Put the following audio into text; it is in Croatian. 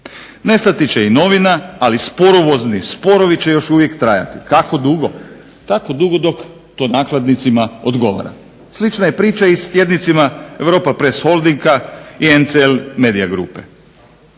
Nestati će i novina ali sporovozni sporovi će još uvijek trajati, koliko dugo, toliko dugo dok to nakladnicima odgovara. Slična je priča s tjednicima Europapress holdinga i NCL Media grupe.